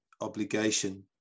obligation